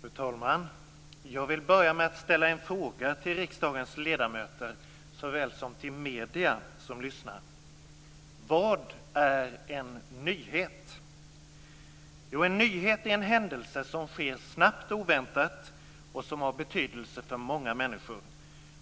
Fru talman! Jag vill börja med att ställa en fråga till riksdagens ledamöter såväl som till medierna som lyssnar: Vad är en nyhet? Jo, en nyhet är en händelse som sker snabbt och oväntat och som har betydelse för många människor.